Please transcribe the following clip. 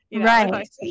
Right